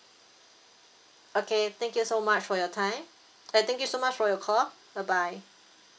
okay thank you so much for your time uh thank you so much for your call bye bye